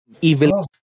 Evil